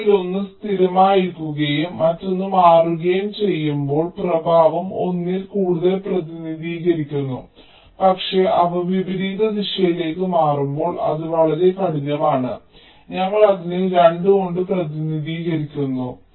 അതിനാൽ അവയിലൊന്ന് സ്ഥിരമായിരിക്കുകയും മറ്റൊന്ന് മാറുകയും ചെയ്യുമ്പോൾ പ്രഭാവം 1 ൽ കൂടുതൽ പ്രതിനിധീകരിക്കുന്നു പക്ഷേ അവ വിപരീത ദിശയിലേക്ക് മാറുമ്പോൾ അത് വളരെ കഠിനമാണ് ഞങ്ങൾ അതിനെ 2 കൊണ്ട് പ്രതിനിധീകരിക്കുന്നു